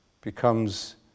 becomes